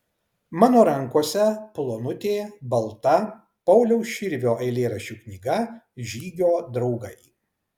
mano rankose plonutė balta pauliaus širvio eilėraščių knyga žygio draugai